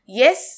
yes